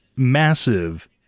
Massive